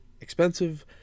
expensive